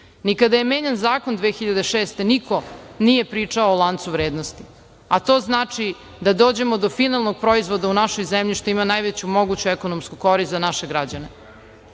ni kada je menjan zakon 2006. godine niko nije pričao o lancu vrednosti, a to znači da dođemo do finalnog proizvoda u našoj zemlji, što ima najveću moguću ekonomsku korist za naše građane.